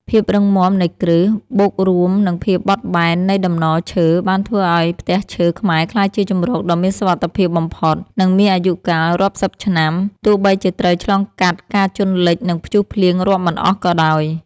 ភាពរឹងមាំនៃគ្រឹះ បូករួមនឹងភាពបត់បែននៃតំណឈើ បានធ្វើឱ្យផ្ទះឈើខ្មែរក្លាយជាជម្រកដ៏មានសុវត្ថិភាពបំផុត និងមានអាយុកាលរាប់សិបឆ្នាំ ទោះបីជាត្រូវឆ្លងកាត់ការជន់លិច និងព្យុះភ្លៀងរាប់មិនអស់ក៏ដោយ។